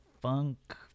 funk